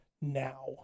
now